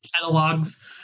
catalogs